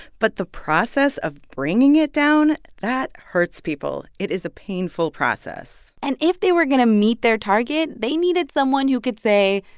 but the process of bringing it down that hurts people. it is a painful process and if they were going to meet their target, they needed someone who could say,